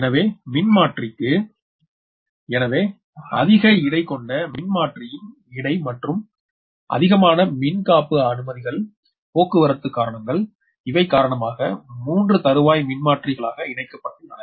எனவே மின்மாற்றிக்கு எனவே அதிக இடை கொண்ட மின்மாற்றியின் இடை மற்றும் அதிகமான மின்காப்பு அனுமதிகள் போக்குவரத்து கரணங்கள் இவை காரணமாக 3 தருவாய் மின்மாற்றிகளாக இணைக்கப்பட்டுள்ளன